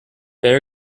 fair